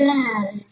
love